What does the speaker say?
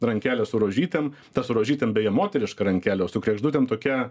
rankelė su rožytėm ta su rožytėm beje moteriška rankelė o su kregždutėm tokia